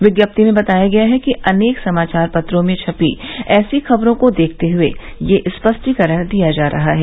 विज्ञप्ति में बताया गया है अनेक समाचार पत्रों में छपी ऐसी खबरों को देखते हुए ये स्पष्टीकरण दिया जा रहा है